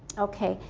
okay.